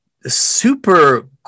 super